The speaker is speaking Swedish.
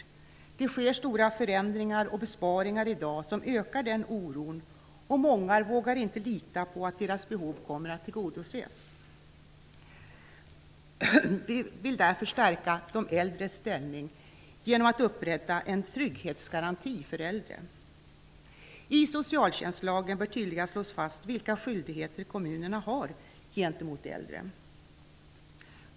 Det sker i dag stora förändringar och besparingar som ökar den oron, och många vågar inte lita på att deras behov kommer att tillgodoses. Vi vill därför stärka de äldres ställning genom att upprätta en trygghetsgaranti för äldre. I socialtjänstlagen bör tydligare slås fast vilka skyldigheter kommunerna har gentemot de äldre.